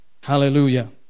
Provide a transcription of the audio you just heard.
Hallelujah